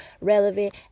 relevant